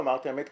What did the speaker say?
לומר את האמת,